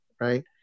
right